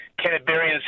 Canterburyans